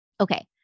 Okay